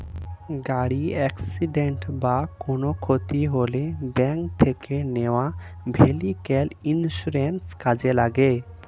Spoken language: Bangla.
গাড়ির অ্যাকসিডেন্ট বা কোনো ক্ষতি হলে ব্যাংক থেকে নেওয়া ভেহিক্যাল ইন্সুরেন্স কাজে লাগে